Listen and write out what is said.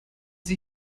sie